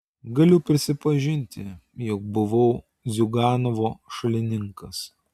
galiu prisipažinti jog buvau ziuganovo šalininkas